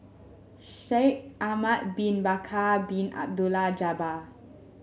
Shaikh Ahmad Bin Bakar Bin Abdullah Jabbar